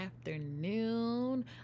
afternoon